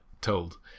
Told